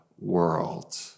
world